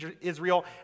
Israel